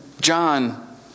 John